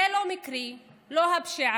זה לא מקרי, לא הפשיעה